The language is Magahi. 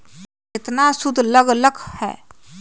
केतना सूद लग लक ह?